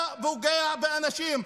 אתה פוגע באנשים.